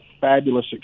fabulous